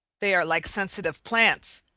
they are like sensitive plants,